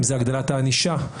אם זה הגדלת הענישה,